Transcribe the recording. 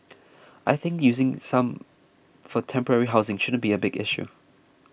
I think using some for temporary housing shouldn't be a big issue